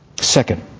Second